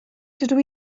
dydw